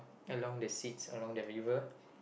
along the seats along the river